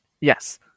Yes